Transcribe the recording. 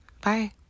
Bye